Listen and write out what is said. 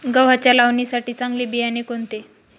गव्हाच्या लावणीसाठी चांगले बियाणे कोणते?